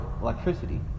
electricity